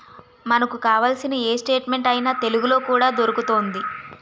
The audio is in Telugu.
మనకు కావాల్సిన ఏ స్టేట్మెంట్ అయినా తెలుగులో కూడా దొరుకుతోంది